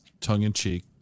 tongue-in-cheek